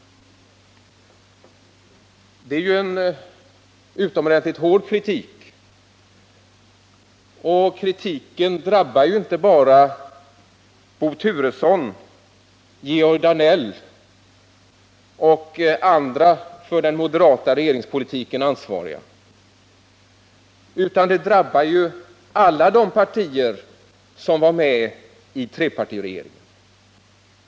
Detta är ju en utomordentligt hård kritik, som f. ö. inte drabbar bara Bo Turesson, Georg Danell och andra för den moderata regeringspolitiken ansvariga utan alla de partier som var med i trepartiregeringen.